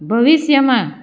ભવિષ્યમાં